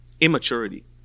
Immaturity